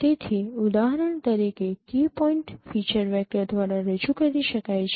તેથી ઉદાહરણ તરીકે કી પોઈન્ટ ફીચર વેક્ટર દ્વારા રજૂ કરી શકાય છે